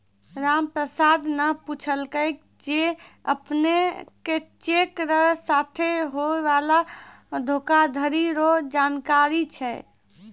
रामप्रसाद न पूछलकै जे अपने के चेक र साथे होय वाला धोखाधरी रो जानकारी छै?